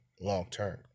long-term